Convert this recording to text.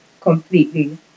completely